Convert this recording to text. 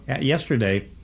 yesterday